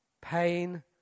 pain